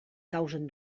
causen